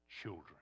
children